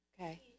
Okay